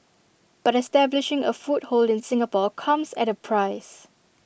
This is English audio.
but establishing A foothold in Singapore comes at A price